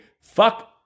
fuck